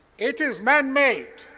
it is man-made,